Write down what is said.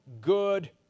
good